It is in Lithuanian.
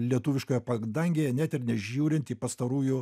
lietuviškoje padangėje net ir nežiūrint į pastarųjų